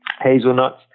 hazelnuts